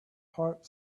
part